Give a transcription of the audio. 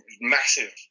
Massive